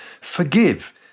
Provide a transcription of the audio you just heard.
Forgive